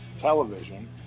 television